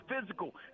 physical